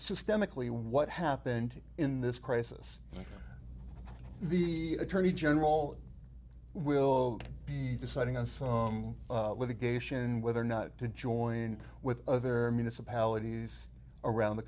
systemically what happened in this crisis the attorney general will be deciding on some litigation whether or not to join with other municipalities around the